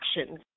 actions